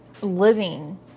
living